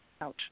Ouch